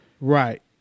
Right